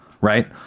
right